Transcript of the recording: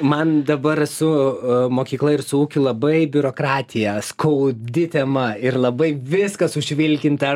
man dabar su mokykla ir su ūkiu labai biurokratija skaudi tema ir labai viskas užvilkinta